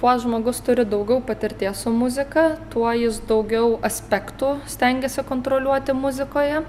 kuo žmogus turi daugiau patirties su muzika tuo jis daugiau aspektų stengiasi kontroliuoti muzikoje